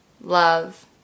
love